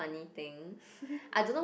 funny thing I don't know